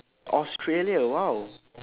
australia !wow!